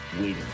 waiting